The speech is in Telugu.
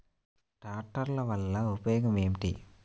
ట్రాక్టర్ల వల్ల ఉపయోగం ఏమిటీ?